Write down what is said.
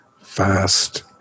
fast